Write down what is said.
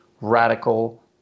radical